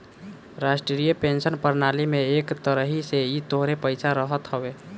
राष्ट्रीय पेंशन प्रणाली में एक तरही से इ तोहरे पईसा रहत हवे